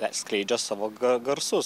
skleidžia savo garsus